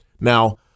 Now